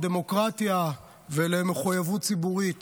לדמוקרטיה ולמחויבות ציבורית.